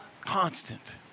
constant